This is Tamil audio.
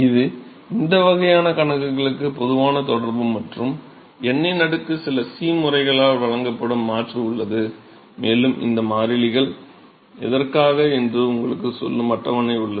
இது இந்த வகையான கணக்குகளுக்கு பொதுவான தொடர்பு மற்றும் n இன் அடுக்குக்கு சில C முறைகளால் வழங்கப்படும் மாற்று தொடர்பும் உள்ளது மேலும் இந்த மாறிலிகள் எதற்காக என்று உங்களுக்குச் சொல்லும் அட்டவணை உள்ளது